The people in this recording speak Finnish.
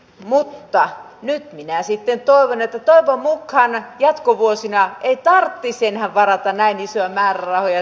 mutta nyt minä sitten toven äiti tai muukaan jatkovuosina että oppisin varata näin iisiä määrärahoja